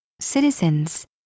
Citizens